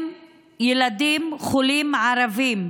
הם ילדים חולים ערבים.